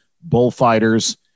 bullfighters